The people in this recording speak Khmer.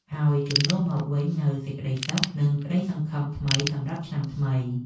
ហើយជំនួសមកវិញនូវសេចក្តីសុខ និងក្តីសង្ឃឹមថ្មីសម្រាប់ឆ្នាំថ្មី។